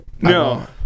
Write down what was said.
no